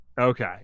Okay